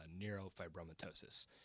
neurofibromatosis